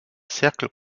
cercles